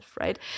right